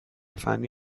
فنی